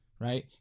Right